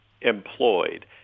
employed